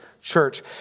church